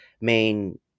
main